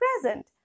present